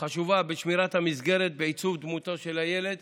חשובה בשמירת המסגרת לעיצוב דמותו של הילד